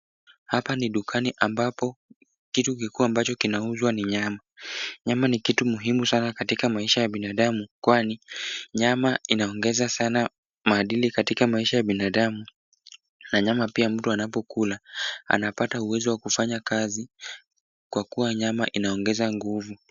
Hapa ni dukani ambapo kitu kikuu ambacho kinauzwa ni nyama. Nyama ni kitu muhimu sana katika maisha ya binadamu kwani nyama inaongeza sana maadili katika binadamu na nyama pia mtu anapokula, anapata uwezo wa kufanya kazi kwa kuwa nyama inaongeza nguvu.